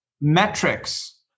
metrics